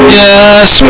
yes